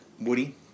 Woody